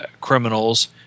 criminals